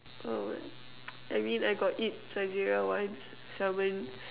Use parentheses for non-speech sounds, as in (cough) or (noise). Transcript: oh (noise) I mean I got eat Saizeriya once Salmon